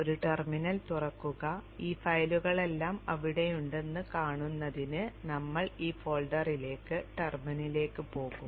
ഒരു ടെർമിനൽ തുറക്കുക ഈ ഫയലുകളെല്ലാം അവിടെയുണ്ടെന്ന് കാണുന്നതിന് ഞങ്ങൾ ആ ഫോൾഡറിലേക്ക് ടെർമിനലിലേക്ക് പോകും